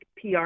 PR